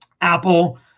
Apple